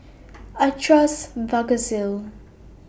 I Trust Vagisil